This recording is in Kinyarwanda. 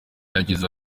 yagize